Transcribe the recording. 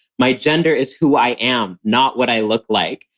my gender is who i am, not what i look like.